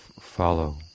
follow